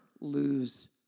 lose